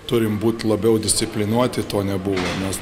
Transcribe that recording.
turim būt labiau disciplinuoti to nebuvo nes